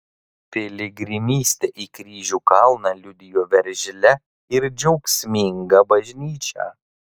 piligrimystė į kryžių kalną liudijo veržlią ir džiaugsmingą bažnyčią